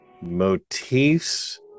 motifs